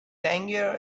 tangier